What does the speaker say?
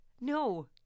No